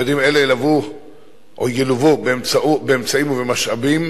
יעדים אלה ילוו באמצעים ובמשאבים,